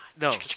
no